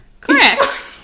Correct